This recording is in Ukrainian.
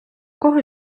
кого